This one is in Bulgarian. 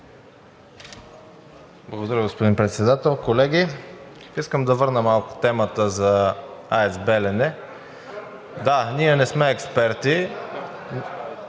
Благодаря, господин Председател. Колеги, искам да върна малко темата за АЕЦ „Белене“. Да, ние не сме експерти